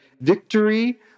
victory